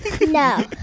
No